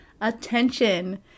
attention